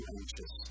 anxious